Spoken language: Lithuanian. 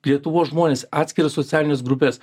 lietuvos žmonės atskiras socialines grupes